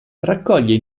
raccoglie